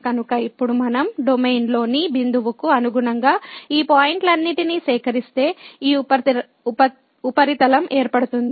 కనుక ఇప్పుడు మనం డొమైన్లో ని బిందువుకు అనుగుణంగా ఈ పాయింట్ లన్నింటినీ సేకరిస్తే ఈ ఉపరితలం ఏర్పడుతుంది